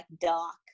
dark